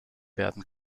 werden